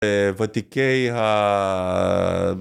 ותיקי ה...